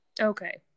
okay